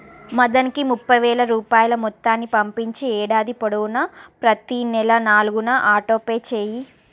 మదన్కి ముఫై వేల రూపాయిల మొత్తాన్ని పంపించి ఏడాది పొడవునా ప్రతీ నెల నాలుగున ఆటో పే చేయి